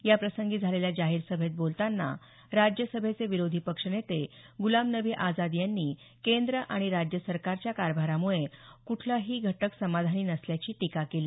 याप्रसंगी झालेल्या जाहीर सभेत बोलतांना राज्य सभेचे विरोधी पक्ष नेते गुलामनबी आझाद यांनी केंद्र आणि राज्य सरकारच्या कारभारामुळे कुठलाही घटक समाधानी नसल्याची टीका केली